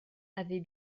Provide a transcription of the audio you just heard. avait